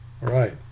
Right